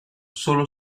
solo